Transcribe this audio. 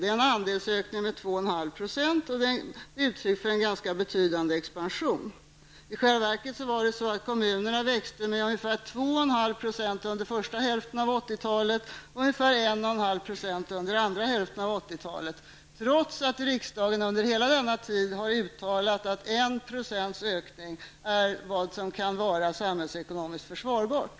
Det är en andelsökning med 2,5 %, och det är ett uttryck för en ganska betydande expansion. I själva verket var det så att kommunerna växte med ca 2,5 % under första hälften av 80-talet och med ca 1,5 % under andra hälften av 80-talet, trots att riksdagen under hela denna tid har uttalat att en procents konsumtionsökning är vad som kan vara samhällsekonomiskt försvarbart.